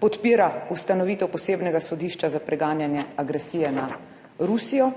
podpira ustanovitev posebnega sodišča za preganjanje agresije na Rusijo